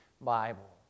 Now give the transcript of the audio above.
Bible